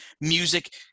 music